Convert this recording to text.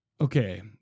Okay